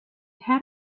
had